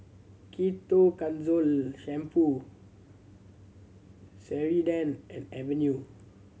Ketoconazole Shampoo Ceradan and Avene